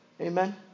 Amen